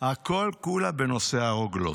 הכול כולה בנושא הרוגלות.